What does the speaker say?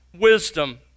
wisdom